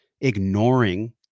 ignoring